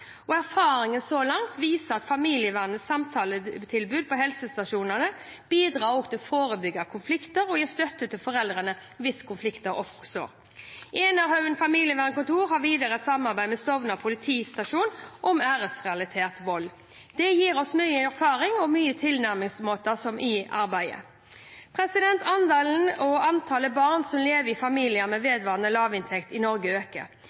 kommuner. Erfaringene så langt viser at familievernets samtaletilbud på helsestasjonene bidrar til å forebygge konflikter og gir støtte til foreldre hvis konflikter oppstår. Enerhaugen familievernkontor har videre et samarbeid med Stovner politistasjon om æresrelatert vold. Det gir oss nye erfaringer og nye tilnærmingsmåter i arbeidet. Antallet og andelen barn som lever i familier med vedvarende lavinntekt i Norge, øker.